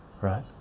right